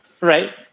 Right